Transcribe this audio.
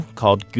called